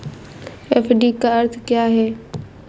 FD का अर्थ क्या है?